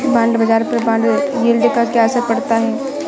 Bond बाजार पर bond yield का क्या असर पड़ता है?